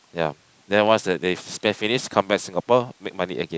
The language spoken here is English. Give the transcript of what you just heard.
ya then once they they spend finish come back Singapore make money again